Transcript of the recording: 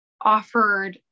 offered